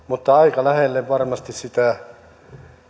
mutta aika lähelle varmasti sitä